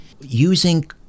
using